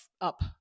up